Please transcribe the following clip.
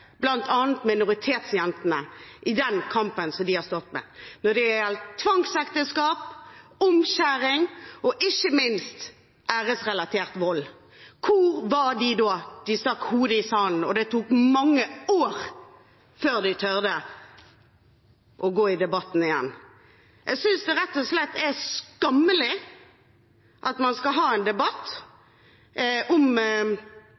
bl.a. minoritetsjentene i den kampen de har stått i når det gjelder tvangsekteskap, omskjæring og ikke minst æresrelatert vold. Hvor var de da? De stakk hodet i sanden, og det tok mange år før de torde å gå i debatten igjen. Jeg synes det rett og slett er skammelig når vi har en debatt